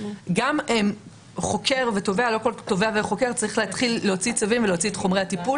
גם לא כל חוקר ותובע צריך להתחיל להוציא צווים ולהתחיל